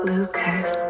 Lucas